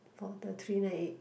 for the three nine eight